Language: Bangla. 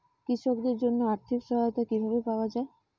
কৃষকদের জন্য আর্থিক সহায়তা কিভাবে পাওয়া য়ায়?